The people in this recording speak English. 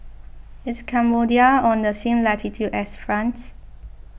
is Cambodia on the same latitude as France